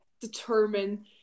determine